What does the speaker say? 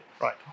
right